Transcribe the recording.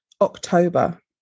October